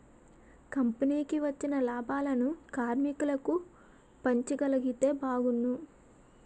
కంపెనీకి వచ్చిన లాభాలను కార్మికులకు పంచగలిగితే బాగున్ను